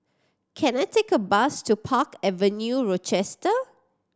can I take a bus to Park Avenue Rochester